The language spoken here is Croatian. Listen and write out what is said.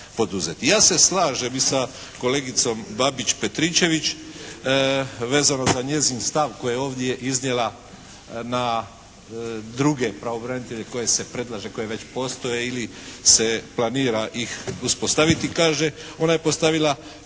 Ja se slažem i sa kolegicom Babić-Petričević vezano za njezin stav koji je ovdje iznijela na druge pravobranitelje koje se predlaže koji već postoje ili se planira ih uspostaviti. Kaže, ona je postavila